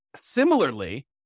Similarly